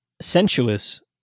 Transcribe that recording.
sensuous